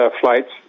flights